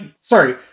sorry